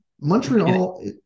Montreal